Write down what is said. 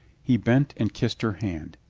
he bent and kissed her hand.